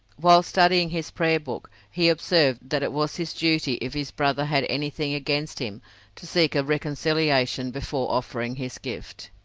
while studying his prayer book he observed that it was his duty if his brother had anything against him to seek a reconciliation before offering his gift.